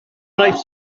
wnaeth